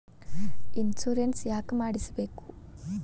Insurance ಯಾಕ್ ಮಾಡಿಸಬೇಕು?